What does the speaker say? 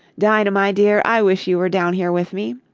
dinah my dear! i wish you were down here with me!